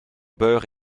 beurre